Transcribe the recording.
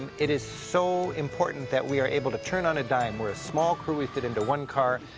and it is so important that we are able to turn on a dime. we're a small crew. we fit into one car.